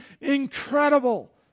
incredible